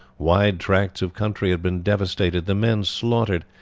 wide tracts of country had been devastated, the men slaughtered,